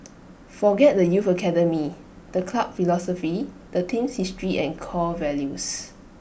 forget the youth academy the club philosophy the team's history and core values